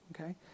okay